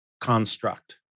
construct